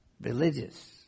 religious